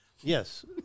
yes